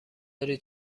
داری